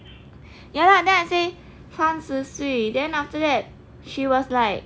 ya lah then I say 三十岁 then after that she was like